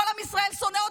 כל עם ישראל שונא אותך,